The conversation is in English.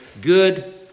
good